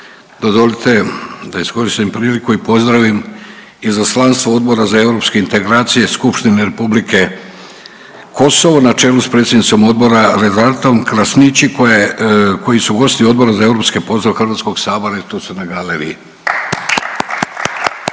Dozvolite da iskoristim priliku i pozdravim izaslanstvo Odbora za europske integracije Skupštine Republike Kosovo na čelu s predsjednicom odbora Renatom Krasniqi koja je, koji su gosti Odbora za europske poslove HS i tu su na galeriji